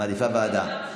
מעדיפה ועדה?